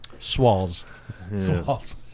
Swalls